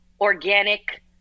organic